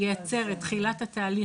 אנחנו יודעים לספר יופי על הזכאות,